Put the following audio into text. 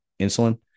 insulin